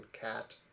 cat